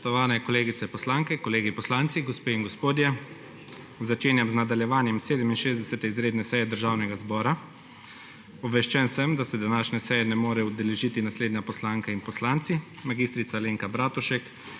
ZORČIČ:** Spoštovani kolegice poslanke, kolegi poslanci, gospe in gospodje! Začenjam nadaljevanje 67. izredne seje Državnega zbora. Obveščen sem, da se današnje seje ne morejo udeležiti naslednja poslanka in poslanci: Alenka Bratušek,